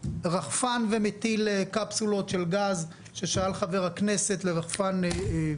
רחפן ומטיל קפסולות של גז לשאלת חבר הכנסת על רחפן.